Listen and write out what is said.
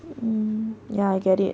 mm ya I get it